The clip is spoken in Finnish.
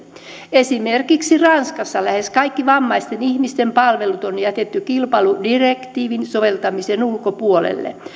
esimerkiksi ranskassa lähes kaikki vammaisten ihmisten palvelut on jätetty kilpailudirektiivin soveltamisen ulkopuolelle